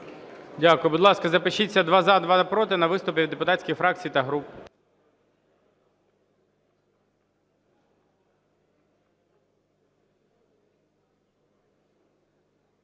Дякую. Будь ласка, запишіться: два – за, два – проти на виступи від депутатських фракцій та груп.